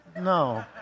no